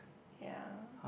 ya